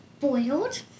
boiled